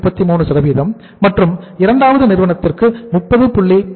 33 மற்றும் இரண்டாவது நிறுவனத்திற்கு 30